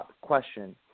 question